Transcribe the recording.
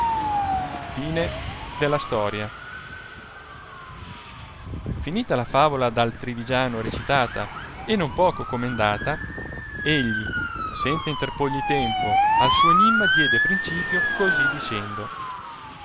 fece ritorno finita la favola dal trivigiano recitata e non poco comendata egli senza interporgli tempo al suo enimma diede principio così dicendo